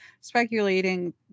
speculating